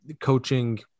coaching